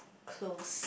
close